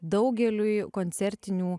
daugeliui koncertinių